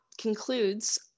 concludes